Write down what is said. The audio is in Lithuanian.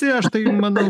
tai aš tai manau